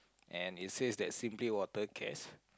and it says that simply water case